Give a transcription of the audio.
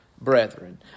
brethren